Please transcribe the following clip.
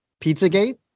Pizzagate